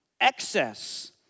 Excess